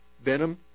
venom